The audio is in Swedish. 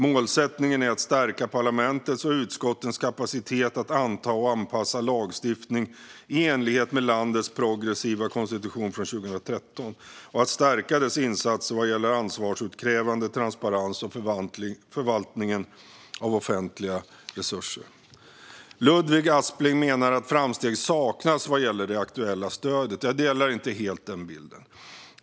Målsättningen är att stärka parlamentets och utskottens kapacitet att anta och anpassa lagstiftning i enlighet med landets progressiva konstitution från 2013 samt att stärka dess insatser vad gäller ansvarsutkrävande, transparens och förvaltningen av offentliga resurser. Ludvig Aspling menar att framsteg saknas vad gäller det aktuella stödet. Jag delar inte helt den bilden.